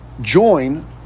join